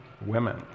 women